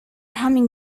humming